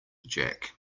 jack